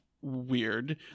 weird